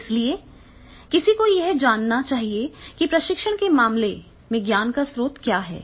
इसलिए किसी को यह जानना चाहिए कि प्रशिक्षण के मामले में ज्ञान के स्रोत क्या हैं